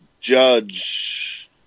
Judge